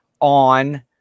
on